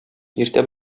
иртә